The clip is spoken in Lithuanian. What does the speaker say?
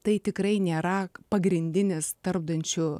tai tikrai nėra pagrindinis tarpdančių